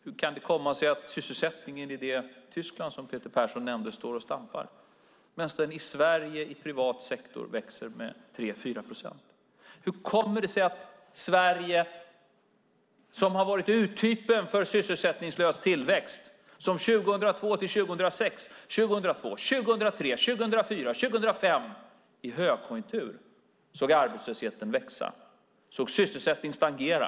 Hur kan det komma sig att sysselsättningen i det Tyskland, som Peter Persson nämnde, står och stampar medan den i Sverige i privat sektor växer med 3-4 procent? Sverige har varit urtypen för sysselsättningslös tillväxt. År 2002-2006 - 2002, 2003, 2004 och 2005 - i högkonjunktur såg vi arbetslösheten växa och sysselsättningen stagnera.